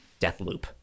Deathloop